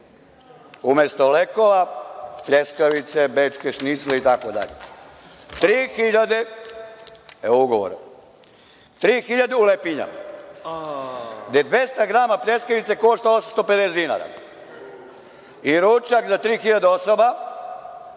Umesto lekova, pljeskavice, bečke šnicle, itd. Evo ugovora, 3.000 u lepinjama, gde 200 grama pljeskavice košta 850 dinara i ručak za 3.000 osoba,